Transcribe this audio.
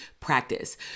practice